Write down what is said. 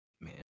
Man